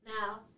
Now